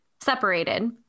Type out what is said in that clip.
separated